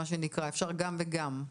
אפשר גם וגם.